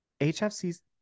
hfc's